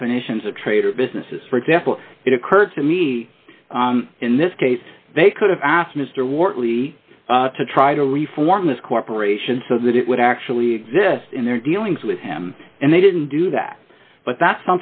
definitions of traitor businesses for example it occurred to me in this case they could have asked mr wharton lee to try to reform this corporation so that it would actually exist in their dealings with him and they didn't do that but that's